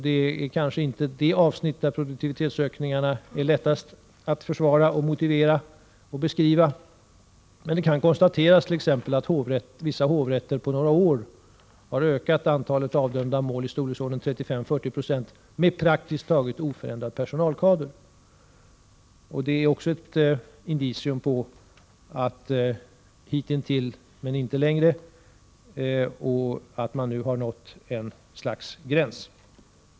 Detta är kanske inte det område där produktivitetsökningar är lättast att försvara, motivera och beskriva. Det kan konstateras att vissa hovrätter på några år har ökat antalet avdömda mål i storleksordningen 35-40 96 med praktiskt taget oförändrad personalkader. Det är ett indicium på att man kommit till en punkt där man kan säga: Hit men inte längre. Man har nått ett slags gräns.